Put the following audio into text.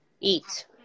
Eat